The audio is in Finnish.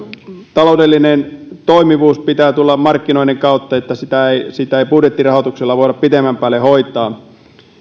perustaloudellinen toimivuus pitää tulla markkinoinnin kautta sitä ei sitä ei budjettirahoituksella voida pitemmän päälle hoitaa